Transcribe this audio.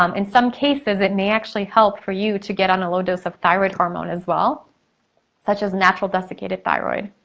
um in some cases, it may actually help for you to get on a low dose of thyroid hormone as well such as natural desiccated thyroid.